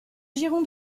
giron